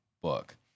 book